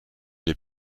les